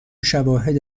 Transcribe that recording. شواهد